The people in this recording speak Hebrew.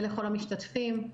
ולכל המשתתפים.